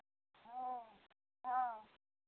हँ हँ